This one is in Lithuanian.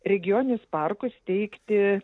regioninius parkus steigti